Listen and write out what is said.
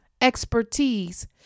expertise